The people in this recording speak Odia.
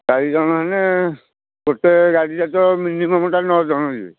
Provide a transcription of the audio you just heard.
ଚାରିଜଣ ହେଲେ ଗୋଟେ ଗାଡ଼ିରେ ତ ମିନିମମଟା ନଅଜଣ ଯିବେ